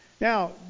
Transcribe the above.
Now